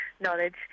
knowledge